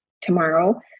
tomorrow